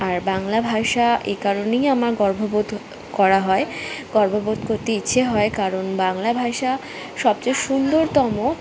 আর বাংলা ভাষা এই কারণেই আমার গর্ব বোধ করা হয় গর্ব বোধ করতে ইচ্ছে হয় কারণ বাংলা ভাষা সবচেয়ে সুন্দরতম